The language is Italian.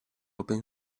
open